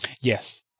Yes